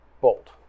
bolt